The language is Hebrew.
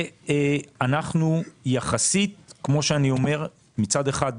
אנחנו מצד אחד נחושים,